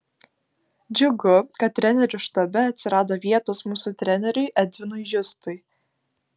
džiugu kad trenerių štabe atsirado vietos mūsų treneriui edvinui justai